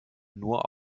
nur